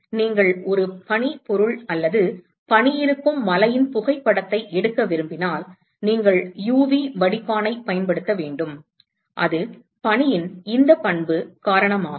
எனவே நீங்கள் ஒரு பனி பொருள் அல்லது பனி இருக்கும் மலையின் புகைப்படத்தை எடுக்க விரும்பினால் நீங்கள் UV வடிப்பானைப் பயன்படுத்த வேண்டும் அது பனியின் இந்த பண்பு காரணமாகும்